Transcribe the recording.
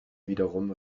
wiederum